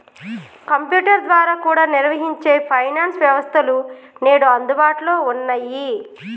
computer ద్వారా కూడా నిర్వహించే ఫైనాన్స్ వ్యవస్థలు నేడు అందుబాటులో ఉన్నయ్యి